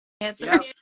answer